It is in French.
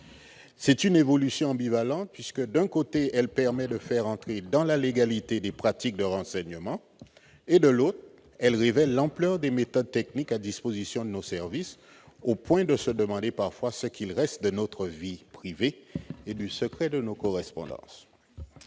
C'est une évolution ambivalente puisque, d'un côté, elle permet de faire entrer dans la légalité des pratiques de renseignement et, de l'autre, elle révèle l'ampleur des méthodes techniques à disposition de nos services, au point de se demander parfois ce qu'il reste de notre vie privée et du secret de nos correspondances.